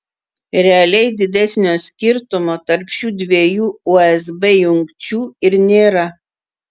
realiai didesnio skirtumo tarp šių dviejų usb jungčių ir nėra